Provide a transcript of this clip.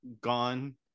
gone